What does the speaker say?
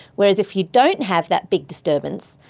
whereas if you don't have that big disturbance,